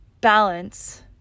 balance